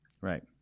right